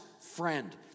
friend